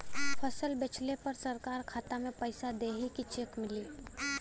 फसल बेंचले पर सरकार खाता में पैसा देही की चेक मिली?